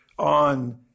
on